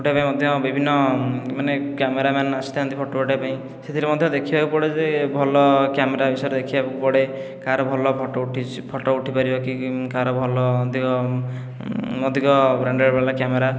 ଉଠାଇବା ପାଇଁ ମଧ୍ୟ ବିଭିନ୍ନ ମାନେ କ୍ୟାମେରାମ୍ୟାନ ଆସିଥାନ୍ତି ଫଟୋ ଉଠେଇବାପାଇଁ ସେଥିରେ ମଧ୍ୟ ଦେଖିବାକୁ ପଡ଼େ ଯେ ଭଲ କ୍ୟାମେରା ବିଷୟରେ ଦେଖିବାକୁ ପଡ଼େ କାହାର ଭଲ ଫଟୋ ଫଟୋ ଉଠିପାରିବ କି କାହାର ଭଲ ଦେହ ଅଧିକ ବ୍ରାଣ୍ଡେଡ଼ ବାଲା କ୍ୟାମେରା